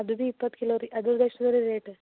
ಅದು ಬಿ ಇಪ್ಪತ್ತು ಕಿಲೋ ರೀ ಅದುರ್ದು ಎಷ್ಟು ಅದ ರೀ ರೇಟ್